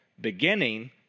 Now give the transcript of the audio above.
Beginning